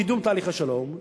קידום תהליך השלום,